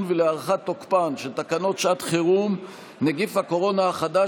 ולקיום תוקפן של תקנות שעת חירום (נגיף הקורונה החדש,